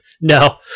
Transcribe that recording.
No